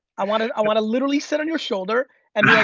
i wanna i wanna literally sit on your shoulder and